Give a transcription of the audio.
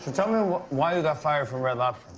tell me why you got fired from red lobster.